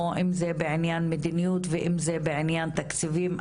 או אם זה בעיין מדיניות ואם זה בעניין תקציבים,